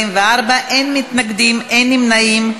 44, אין מתנגדים, אין נמנעים.